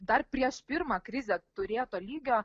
dar prieš pirmą krizę turėto lygio